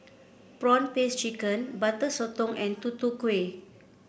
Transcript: prawn paste chicken Butter Sotong and Tutu Kueh